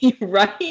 Right